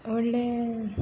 ಒಳ್ಳೆಯ